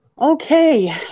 Okay